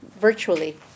virtually